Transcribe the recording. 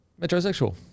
Metrosexual